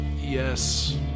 Yes